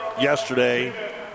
yesterday